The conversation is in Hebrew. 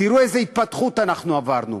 תראו איזו התפתחות אנחנו עברנו.